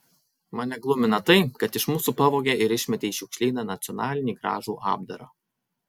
mane glumina tai kad iš mūsų pavogė ir išmetė į šiukšlyną nacionalinį gražų apdarą